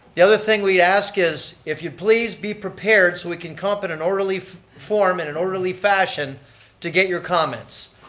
the other thing we ask is if you please, be prepared, so we can come up in an orderly form, in an orderly fashion to get your comments.